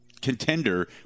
contender